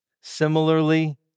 Similarly